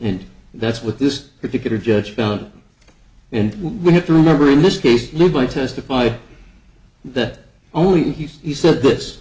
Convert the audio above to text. and that's what this particular judge found and we have to remember in this case look i testified that only he said this